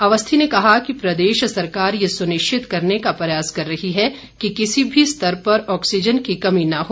अवस्थी ने कहा कि प्रदेश सरकार ये सुनिश्चित करने का प्रयास कर रही है कि किसी भी स्तर पर ऑक्सीज़न की कमी न हो